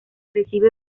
recibe